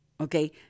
okay